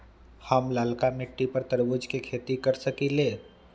हम लालका मिट्टी पर तरबूज के खेती कर सकीले?